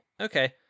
Okay